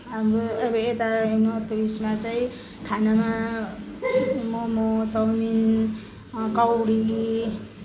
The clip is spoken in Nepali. हाम्रो अब यता नर्थ इस्टमा चाहिँ खानामा मोमो चाउमिन काउडी